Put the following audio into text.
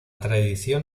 tradición